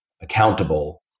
accountable